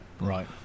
Right